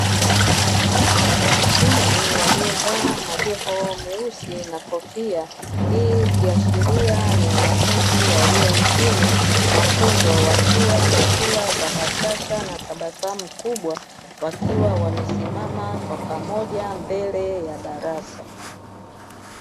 Wanafunzi waliovaa majoho meusi na kofia, hii ikiashiria ni wanafunzi waliohitimu mafunzo wakiwa na sura za bashasha na tabasamu kubwa, wakiwa wamesimama kwa pamoja mbele ya darasa.